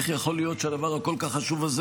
איך יכול להיות שהדבר הכל-כך חשוב הזה